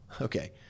Okay